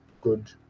good